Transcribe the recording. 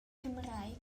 cymraeg